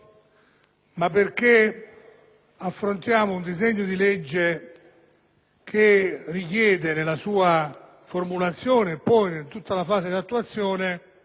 ma oggi affrontiamo un disegno di legge che, nella sua formulazione e in tutta la fase di attuazione,